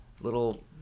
Little